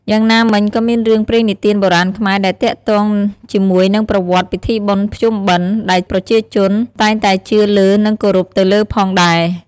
យ៉ាងណាមិញក៏មានរឿងព្រេងនិទានបុរាណខ្មែរ ដែលទាក់ទងជាមួយនឹងប្រវតិ្តពីធិបុណ្យភ្ជុំបិណ្ឌដែលប្រជាជនតែងតែជឿលើនិងគោរពទៅលើផងដែរ។